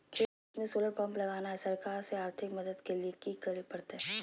खेत में solar pump लगाना है, सरकार से आर्थिक मदद के लिए की करे परतय?